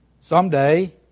someday